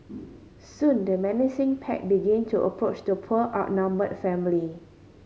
soon the menacing pack begin to approach the poor outnumbered family